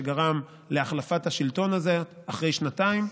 שגרם להחלפת השלטון הזה אחרי שנתיים,